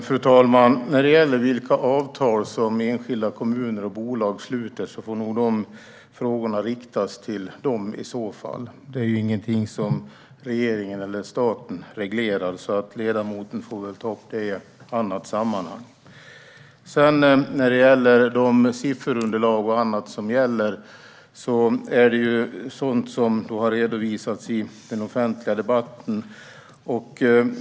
Fru talman! Frågor om vilka avtal som enskilda kommuner och bolag sluter får nog riktas till dem. Det är ingenting som regeringen eller staten reglerar, så ledamoten får väl ta upp det i ett annat sammanhang. Sedan har sifferunderlag och annat redovisats i den offentliga debatten.